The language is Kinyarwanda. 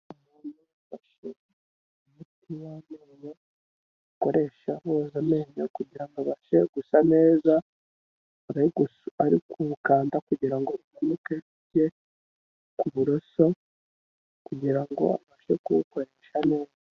Umuntu afashe umuti wabonye, Akoresha yoza amenyo kugirango abashe gusa neza, ari kuwukanda, kugirango umanuke ujye ku buroso, kugirango abashe kuwukoresha neza.